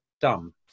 dumb